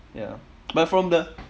ya but from the